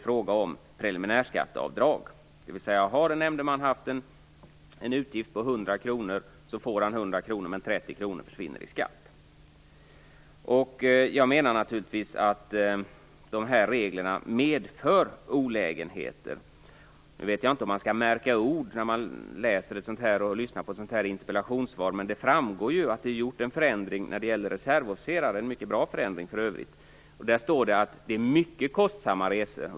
Har en nämndeman haft en utgift på 100 kr får han 100 kr, men 30 kr försvinner i skatt. Jag menar att dessa regler medför olägenheter. Jag vet inte om man skall märka ord när man läser ett interpellationssvar, men det framgår ju att en förändring är gjord när det gäller reservofficerare - det är för övrigt en mycket bra förändring. Där står det att det handlar om mycket kostsamma resor.